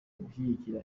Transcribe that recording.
gushyigikira